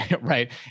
Right